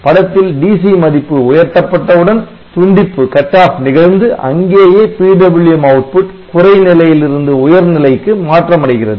படத்தில் DC மதிப்பு உயர்த்தப்பட்ட உடன் துண்டிப்பு நிகழ்ந்து அங்கேயே PWM output 'குறை' நிலையிலிருந்து 'உயர்' நிலைக்கு மாற்றம் அடைகிறது